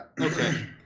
Okay